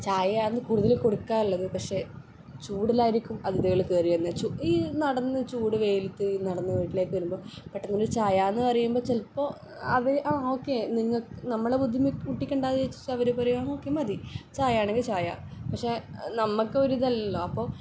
ചായയാന്ന് കൂടുതല് കൊടുക്കാറുള്ളത് പക്ഷേ ചൂടിലാരിക്കും അതിഥികള് കയറി വരുന്നത് ചു ഈ നടന്ന് ചൂട് വെയിലത്ത് നടന്ന് വീട്ടിലേക്ക് വരുമ്പോൾ പെട്ടെന്നൊരു ചായാന്ന് പറയുമ്പോൾ ചിലപ്പോൾ അവര് ആ ഓക്കെ നിങ്ങൾ നമ്മളെ ബുദ്ധിമുട്ടിക്കണ്ടാന്ന് വെച്ച് അവര് പറയും ആ ഓക്കെ മതി ചായയാണെങ്കിൽ ചായ പക്ഷേ നമുക്കൊരിതല്ലല്ലൊ അപ്പോൾ